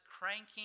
cranking